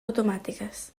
automàtiques